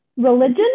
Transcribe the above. religion